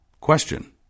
question